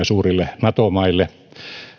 suurille nato maille